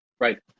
right